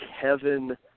Kevin